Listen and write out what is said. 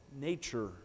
nature